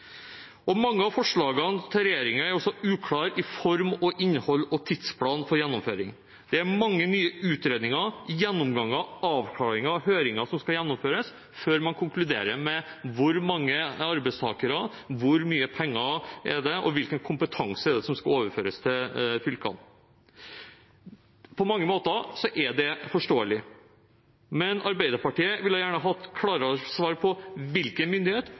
godt. Mange av forslagene fra regjeringen er også uklare i form, innhold og tidsplan for gjennomføring. Det er mange nye utredninger, gjennomganger, avklaringer og høringer som skal gjennomføres, før man konkluderer med hvor mange arbeidstakere, hvor mye penger og hvilken kompetanse som skal overføres til fylkene. På mange måter er det forståelig, men Arbeiderpartiet ville gjerne hatt klarere svar på hvilken myndighet,